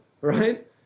right